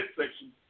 section